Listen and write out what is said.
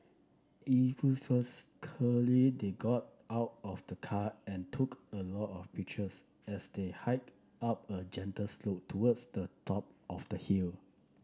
enthusiastically they got out of the car and took a lot of pictures as they hiked up a gentle slope towards the top of the hill